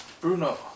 Bruno